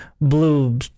blue